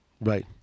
right